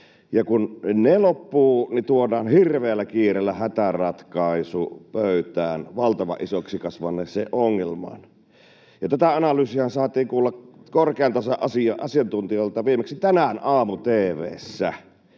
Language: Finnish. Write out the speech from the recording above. ja kun ne loppuvat, tuodaan hirveällä kiireellä hätäratkaisu pöytään valtavan isoksi kasvaneeseen ongelmaan. Tätä analyysiahan saatiin kuulla korkean tason asiantuntijoilta viimeksi tänään aamu-tv:ssä.